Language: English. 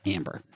Amber